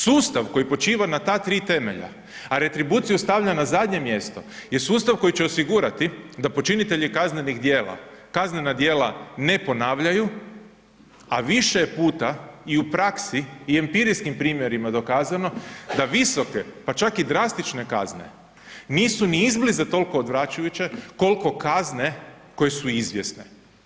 Sustav koji počiva na ta tri temelja a retribuciju stavlja na zadnje mjesto je sustav koji će osigurati da počinitelji kaznenih djela kaznena djela ne ponavljaju a više je puta i u praksi i empirijskim primjerima dokazano da visoke pa čak i drastične kazne nisu ni izbliza toliko odvraćajuće koliko kazne koje su izvjesne.